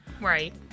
Right